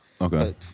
Okay